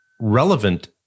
relevant